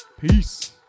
peace